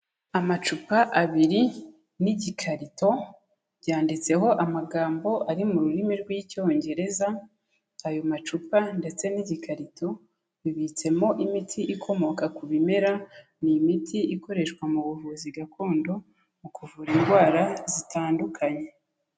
Amacupa abiri n'igikarito byanditseho amagambo ari mu rurimi rw'icyongereza, ayo macupa ndetse n'igikarito bibitsemo imiti ikomoka ku bimera, ni imiti ikoreshwa mu buvuzi gakondo mu kuvura indwara zitandukanye.